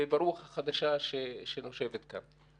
וברוח החדשה שנושבת כאן.